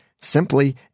simply